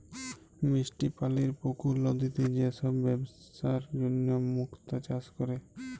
মিষ্টি পালির পুকুর, লদিতে যে সব বেপসার জনহ মুক্তা চাষ ক্যরে